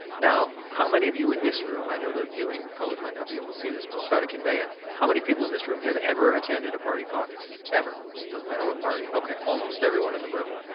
now, how many of you in this room, i know the viewing public might not be able to see this, but i'll try to convey it, how many people in this room have ever attended a party caucus ever, doesn't matter what party? okay, almost everyone in the room,